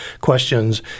questions